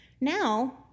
Now